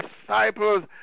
disciples